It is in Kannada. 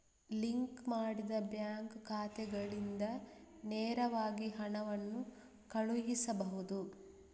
ಲಿಂಕ್ ಮಾಡಿದ ಬ್ಯಾಂಕ್ ಖಾತೆಗಳಿಂದ ನೇರವಾಗಿ ಹಣವನ್ನು ಕಳುಹಿಸಬಹುದು